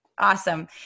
Awesome